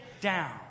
down